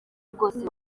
bwose